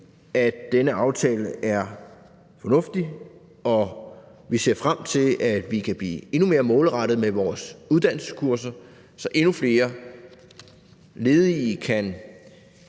at denne aftale er fornuftig, og vi ser frem til, at vi kan blive endnu mere målrettede med vores uddannelseskurser, så endnu flere ledige kan